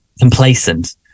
Complacent